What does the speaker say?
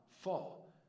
fall